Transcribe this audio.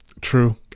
True